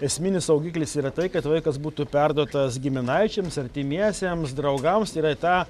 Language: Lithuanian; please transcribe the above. esminis saugiklis yra tai kad vaikas būtų perduotas giminaičiams artimiesiems draugams tai yra į tą